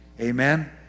Amen